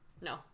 No